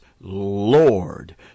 Lord